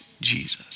Jesus